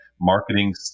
marketing